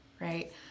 right